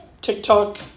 TikTok